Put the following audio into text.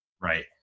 Right